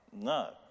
No